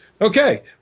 Okay